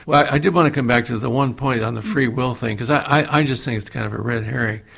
i did want to come back to the one point on the free will thing because i just think it's a kind of a red herring.